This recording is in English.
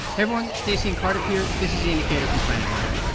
everyone. stacey and cardiff here. this is the indicator from planet money.